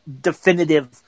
definitive